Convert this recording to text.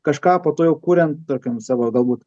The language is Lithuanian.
kažką po to jau kuriant tarkim savo galbūt